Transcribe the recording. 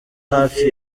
hafi